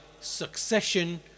succession